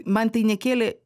man tai nekėlė